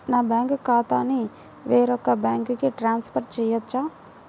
నా బ్యాంక్ ఖాతాని వేరొక బ్యాంక్కి ట్రాన్స్ఫర్ చేయొచ్చా?